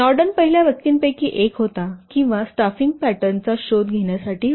नॉर्डन पहिल्या व्यक्तींपैकी एक होता किंवा स्टाफिंग पॅटर्न चा शोध घेण्यासाठी होता